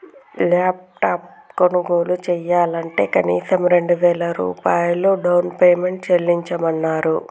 laptop కొనుగోలు చెయ్యాలంటే కనీసం రెండు వేల రూపాయలు డౌన్ పేమెంట్ చెల్లించమన్నరు